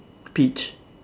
peach